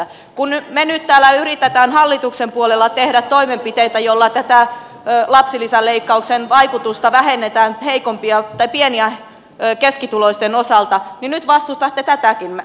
kun me nyt täällä yritämme hallituksen puolella tehdä toimenpiteitä joilla tätä lapsilisäleikkauksen vaikutusta vähennetään pieni ja keskituloisten osalta niin nyt vastustatte tätäkin vaikutelmaa